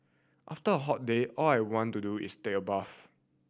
after a hot day all I want to do is take a bath